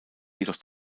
jedoch